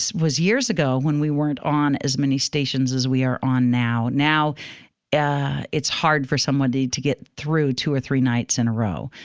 was years ago when we weren't on as many stations as we are on now. now yeah it's hard for somebody to get through two or three nights in a row.